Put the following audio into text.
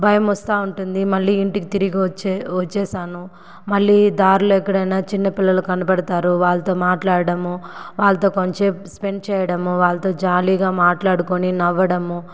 భయం వస్తా ఉంటుంది మళ్ళీ ఇంటికి తిరిగి వచ్చే వచ్చేసాను మళ్ళీ దారిలో ఎక్కడైనా చిన్నపిల్లలు కనపడతారు వాళ్లతో మాట్లాడడం వాళ్ళతో కొంచేపు స్పెండ్ చేయడము వాళ్ళతో జాలీగా మాట్లాడుకొని నవ్వడము